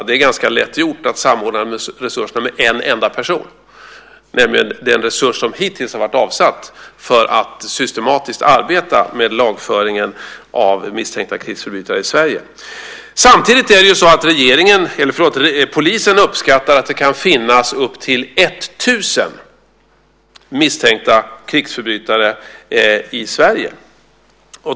Det är ganska lätt gjort att samordna resurserna med en enda person, nämligen den resurs som hittills har varit avsatt för att systematiskt arbeta med lagföringen av misstänkta krigsförbrytare i Sverige. Samtidigt uppskattar polisen att det kan finnas upp till 1 000 misstänkta krigsförbrytare i Sverige.